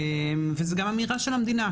וזו גם אמירה של המדינה.